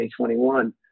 2021